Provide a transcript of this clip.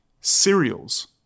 Cereals